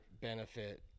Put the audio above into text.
benefit